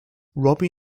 robbie